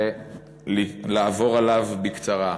ולעבור עליו בקצרה.